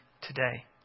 today